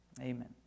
Amen